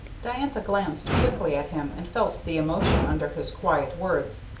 diantha glanced quickly at him, and felt the emotion under his quiet words.